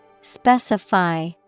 specify